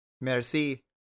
Merci